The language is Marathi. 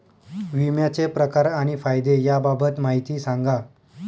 विम्याचे प्रकार आणि फायदे याबाबत माहिती सांगा